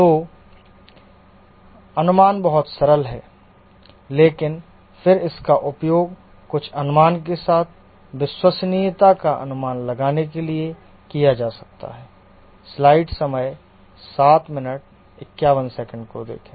तो अनुमान बहुत सरल हैं लेकिन फिर इसका उपयोग कुछ अनुमान के साथ विश्वसनीयता का अनुमान लगाने के लिए किया जा सकता है